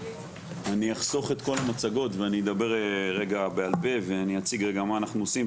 אני אחסוך את כל המצגות ואדבר רגע בעל פה ואציג מה אנחנו עושים.